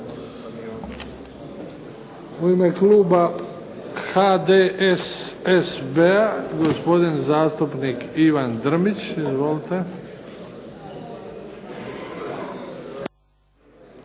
U ime kluba HDSSB-a gospodin zastupnik Ivan Drmić. Izvolite.